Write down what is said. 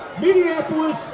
Minneapolis